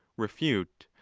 refute,